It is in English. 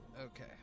okay